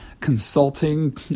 consulting